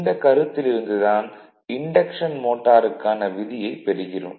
இந்த கருத்தில் இருந்து தான் இன்டக்ஷன் மோட்டாருக்கான விதியைப் பெறுகிறோம்